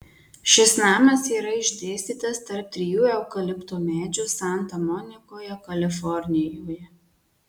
šis namas yra išdėstytas tarp trijų eukalipto medžių santa monikoje kalifornijoje